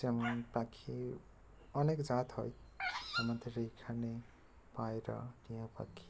যেমন পাখির অনেক জাত হয় আমাদের এইখানে পায়রা টিয়া পাখি